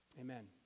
Amen